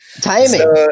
Timing